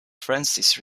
francis